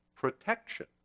protection